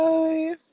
Bye